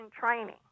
training